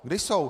Kde jsou?